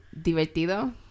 divertido